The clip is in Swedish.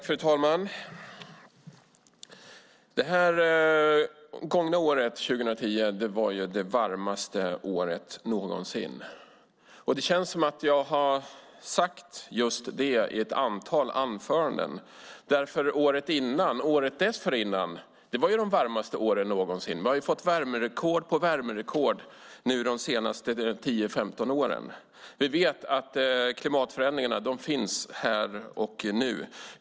Fru talman! Det gångna året, 2010, var det varmaste året någonsin. Och det känns som att jag har sagt just detta i ett antal anföranden, därför att året innan och året dessförinnan var ju de varmaste åren någonsin. Vi har fått värmerekord på värmerekord de senaste 10-15 åren. Vi vet att klimatförändringarna finns här och nu.